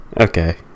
Okay